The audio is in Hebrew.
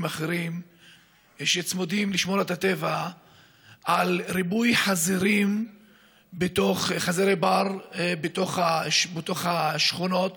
אחרים שצמודים לשמורת הטבע על ריבוי חזירי בר בתוך השכונות